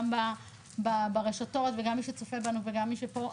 גם ברשתות וגם מי שצופה בנו וגם מי שפה,